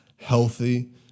Healthy